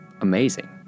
Amazing